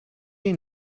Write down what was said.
این